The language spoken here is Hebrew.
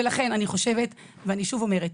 אני שוב אומרת,